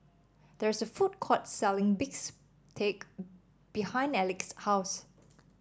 there is a food court selling bistake behind Elex's house